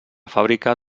fàbrica